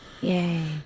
Yay